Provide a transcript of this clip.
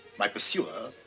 my pursuer,